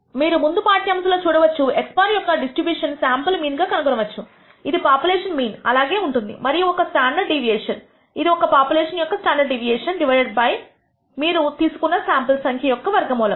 మీరు ముందు పాఠ్యాంశము చూడవచ్చు x̅యొక్క డిస్ట్రిబ్యూషన్ శాంపుల్ మీన్ కనుగొనవచ్చు ఇది పాపులేషన్ మీన్ అలాగే ఉంటుంది మరియు ఒక స్టాండర్డ్ డీవియేషన్ ఇది పాపులేషన్ యొక్క స్టాండర్డ్ డీవియేషన్ డివైడెడ్ బై మీరు తీసుకున్న శాంపుల్స్ సంఖ్య యొక్క వర్గము మూలము